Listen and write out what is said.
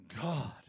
God